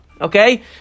Okay